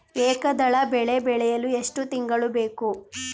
ಏಕದಳ ಬೆಳೆ ಬೆಳೆಯಲು ಎಷ್ಟು ತಿಂಗಳು ಬೇಕು?